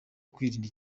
kwirinda